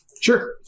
Sure